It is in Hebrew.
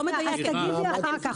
אז תגידי אחר כך.